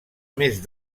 més